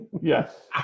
Yes